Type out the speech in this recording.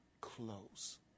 close